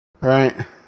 Right